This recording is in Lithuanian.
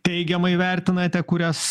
teigiamai vertinate kurias